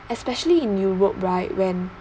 especially in europe right when